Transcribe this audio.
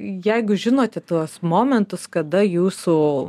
jeigu žinote tuos momentus kada jūsų